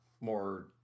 more